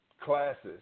classes